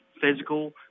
physical